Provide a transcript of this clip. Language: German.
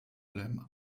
lamm